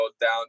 down